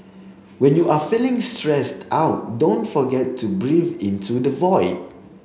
when you are feeling stressed out don't forget to breathe into the void